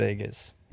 Vegas